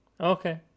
Okay